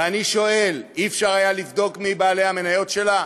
ואני שואל, לא היה אפשר לבדוק מי בעלי המניות שלה,